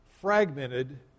fragmented